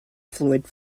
fluid